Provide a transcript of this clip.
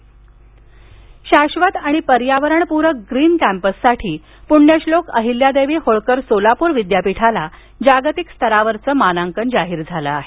सोलापर विद्यापीठ शाश्वत आणि पर्यावरणप्रक ग्रीन कॅम्पससाठी प्रण्यश्लोक अहिल्यादेवी होळकर सोलाप्र विद्यापीठाला जागतिक स्तरावरचं मानांकन जाहीर झालं आहे